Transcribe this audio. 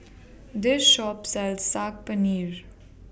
This Shop sells Saag Paneer